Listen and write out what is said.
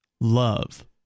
Love